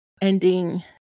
ending